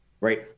right